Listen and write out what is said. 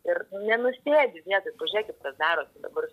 ir nenusėdi vietoj pažiūrėkit kas darosi dabar